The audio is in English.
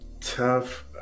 tough